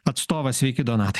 atstovas sveiki donatai